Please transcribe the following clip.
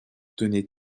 tenait